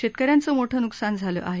शेतकऱ्यांचं मोठं नुकसान झालं आहे